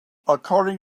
according